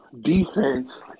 defense